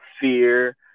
fear